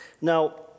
Now